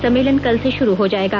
सम्मेलन कल से शुरू हो जाएगा